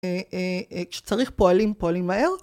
אה אה אה כשצריך פועלים פועלים מהר